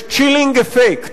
יש chilling effect,